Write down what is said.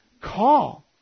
call